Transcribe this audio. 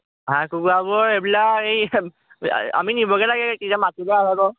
হাঁহ কুকুৰাবোৰ এইবিলাক এই আমি নিবগৈ লাগে